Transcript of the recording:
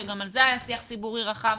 שגם על זה היה שיח ציבורי רחב,